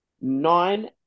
Nine